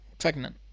Pregnant